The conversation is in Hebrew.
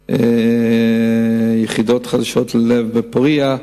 כולל יחידות חדשות ללב ב"פורייה",